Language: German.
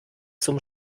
zum